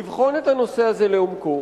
לבחון את הנושא הזה לעומקו,